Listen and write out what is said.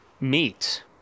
meet